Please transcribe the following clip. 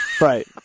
Right